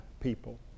people